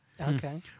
Okay